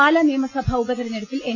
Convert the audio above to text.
പാലാ നിയമസഭാ ഉപതെരഞ്ഞെടുപ്പിൽ എൻ